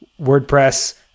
WordPress